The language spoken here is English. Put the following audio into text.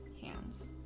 hands